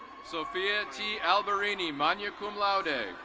sophia t alverini, magna cum laude.